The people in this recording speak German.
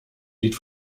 lied